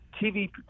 TV